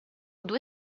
due